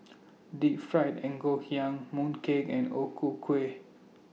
Deep Fried Ngoh Hiang Mooncake and O Ku Kueh